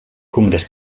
congrés